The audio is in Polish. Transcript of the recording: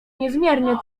niezmiernie